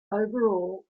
overall